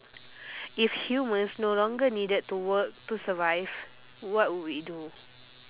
if humans no longer needed to work to survive what would we do